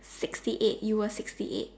sixty eight you were sixty eight